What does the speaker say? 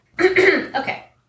Okay